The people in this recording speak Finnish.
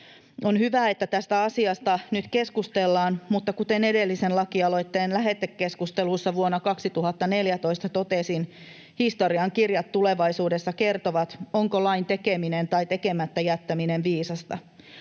On hyvä, että tästä asiasta nyt keskustellaan, mutta kuten edellisen lakialoitteen lähetekeskustelussa vuonna 2014 totesin, historiankirjat tulevaisuudessa kertovat, onko lain tekeminen tai tekemättä jättäminen viisasta.